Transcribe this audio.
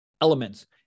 elements